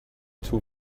too